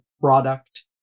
product